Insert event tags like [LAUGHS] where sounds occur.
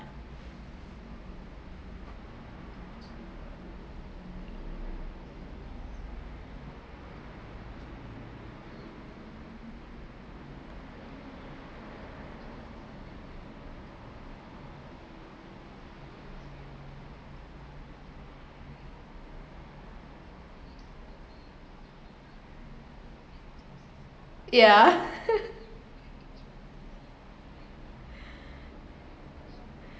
yeah [LAUGHS]